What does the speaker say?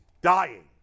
dying